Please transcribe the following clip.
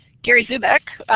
gary zoubek,